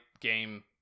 Game